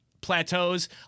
plateaus